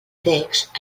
text